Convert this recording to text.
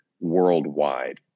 worldwide